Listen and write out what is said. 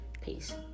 Peace